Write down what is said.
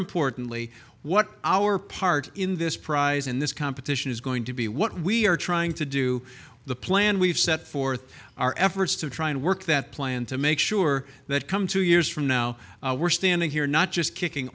importantly what our part in this prize in this competition is going to be what we are trying to do the plan we've set forth our efforts to try and work that plan to make sure that come two years from now we're standing here not just kicking